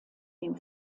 dem